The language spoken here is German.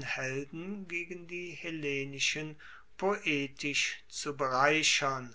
helden gegen die hellenischen poetisch zu bereichern